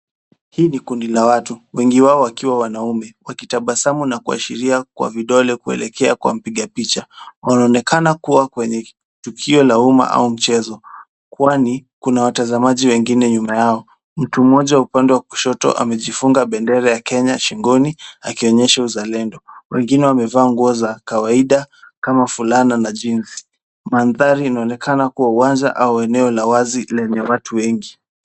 Hii ni kundi la watu wengi wao wakiwa wanaume wakitabasamu na kuashiria kwa vidole kuelekea kwa mpiga picha. Wanaonekana kuwa kwenye tukio la umma ama mchezo kwani, kuna watazamaji wengine nyuma yao. Mtu mmoja upande wa kushoto amejifunga bendera ya Kenya shingoni akionyesha uzalendo. Wengine wamevaa nguo za kawaida kama fulana na jeans . Madhaari inaonekana kwa uwanja au eneo la wazi lenye watu wengi.